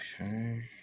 Okay